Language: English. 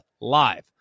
live